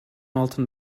altın